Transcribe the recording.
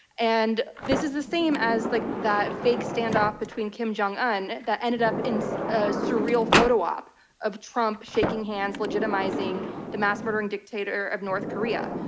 and this is the same as like that fake standoff between kim jong-un that ended up in a surreal photo-op of trump shaking hands, legitimizing the mass murdering dictator of north korea.